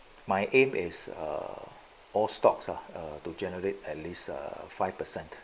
my aim is uh all stocks are to generate at least err five percent